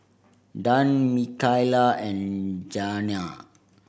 Dan Mikaila and Janae